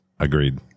Agreed